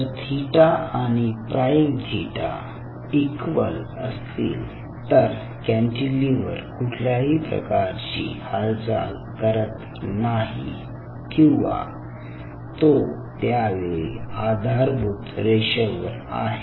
जर थिटा आणि prime theta equal असतील तर कॅन्टीलिव्हर कुठल्याही प्रकारची हालचाल करत नाही किंवा तो त्यावेळी आधारभूत रेषेवर आहे